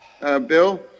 bill